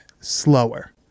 slower